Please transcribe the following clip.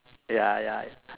ya ya ya